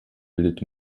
bildet